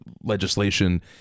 legislation